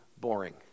boring